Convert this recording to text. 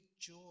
joy